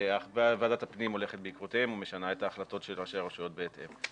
וועדת הפנים הולכת בעקבותיהם ומשנה את ההחלטות של ראשי הרשויות בהתאם.